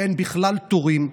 אין בכלל תורים.